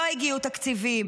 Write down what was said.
לא הגיעו תקציבים?